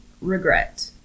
regret